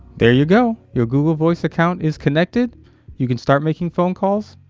there you go your google voice account is connected you can start making phone calls,